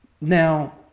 Now